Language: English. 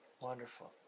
Wonderful